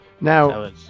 now